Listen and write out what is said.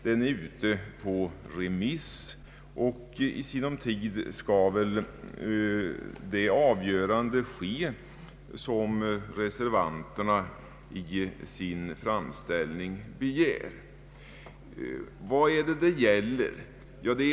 Den är ute på remiss, och i sinom tid skall det avgörande äga rum som reservanterna i sin framställning begär. Vad gäller då denna framställning?